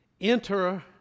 Enter